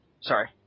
Sorry